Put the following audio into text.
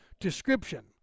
description